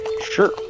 sure